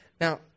Now